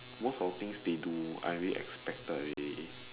most of the things they do I already expected already